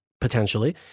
potentially